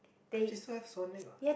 I just saw have [what]